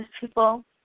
people